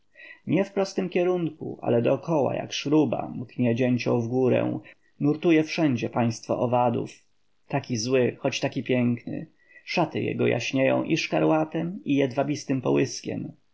nie w prostym kierunku ale dookoła jak szruba mknie dzięcioł w górę nurtuje wszędzie państwo owadów taki zły choć taki piękny szaty jego jaśnieją i szkarłatem i jedwabistym połyskiem